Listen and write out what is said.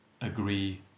agree